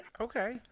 Okay